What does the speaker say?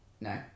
No